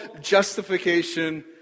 justification